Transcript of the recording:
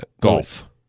golf